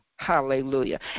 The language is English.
Hallelujah